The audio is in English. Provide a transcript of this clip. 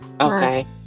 okay